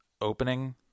opening